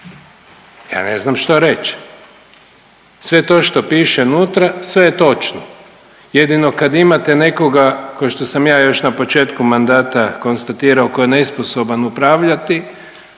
ja ne znam što reći. Sve to što piše nutra, sve je točno. Jedino kad imate nekoga kao što sam ja još na početku mandata konstatirao, tko je nesposoban upravljati,